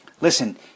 Listen